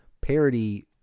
parody